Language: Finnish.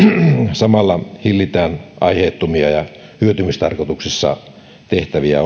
samalla hillitään aiheettomia ja hyötymistarkoituksessa tehtäviä